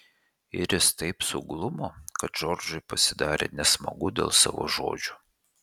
iris taip suglumo kad džordžui pasidarė nesmagu dėl savo žodžių